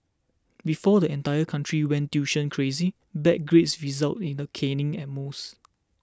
before the entire country went tuition crazy bad grades resulted in a caning at most